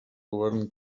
govern